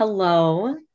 Hello